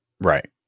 Right